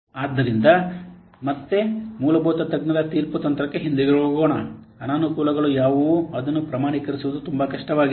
ಆದ್ದರಿಂದ ಈಗ ಮತ್ತೆ ಮೂಲಭೂತ ತಜ್ಞರ ತೀರ್ಪು ತಂತ್ರಕ್ಕೆ ಹಿಂತಿರುಗೋಣ ಅನಾನುಕೂಲಗಳು ಯಾವುವು ಅದನ್ನು ಪ್ರಮಾಣೀಕರಿಸುವುದು ತುಂಬಾ ಕಷ್ಟವಾಗಿದೆ